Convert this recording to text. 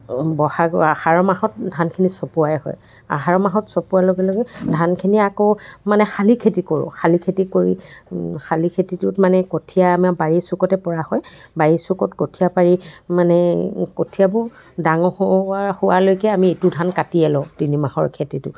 বহাগ আহাৰ মাহত ধানখিনি চপোৱাই হয় আহাৰ মাহত চপোৱাৰ লগে লগে ধানখিনি আকৌ মানে শালি খেতি কৰোঁ শালি খেতি কৰি শালি খেতিটোত মানে কঠীয়া আমাৰ বাৰী চুকতে পৰা হয় বাৰী চুকত কঠীয়া পাৰি মানে কঠীয়াবোৰ ডাঙৰ হোৱালৈকে আমি এইটো ধান কাটিয়ে লওঁ তিনি মাহৰ খেতিটোত